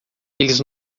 eles